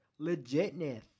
legitness